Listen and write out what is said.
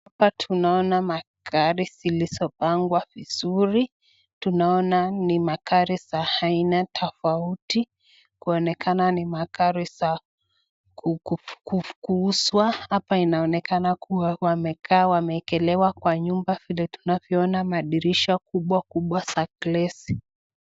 Hapa tunaona magari zilizopangwa vizuri, tunaona ni magari za aina tofauti, kuonekana ni magari za kuuzwa, hapa inaonekana kuwa wamekaa, wameekelewa kwa nyumba vile tunavyoona madirisha kubwa kubwa za glesi.